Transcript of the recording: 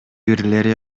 бирлери